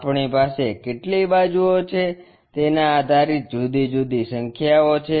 આપણી પાસે કેટલી બાજુઓ છે તેના આધારિત જુદી જુદી સંખ્યાઓ છે